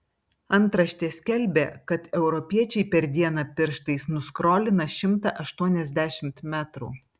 antraštė skelbė kad europiečiai per dieną pirštais nuskrolina šimtą aštuoniasdešimt metrų